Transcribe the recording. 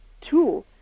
two